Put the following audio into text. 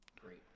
Great